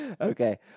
Okay